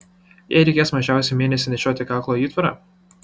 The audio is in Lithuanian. jai reikės mažiausiai mėnesį nešioti kaklo įtvarą